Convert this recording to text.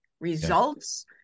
results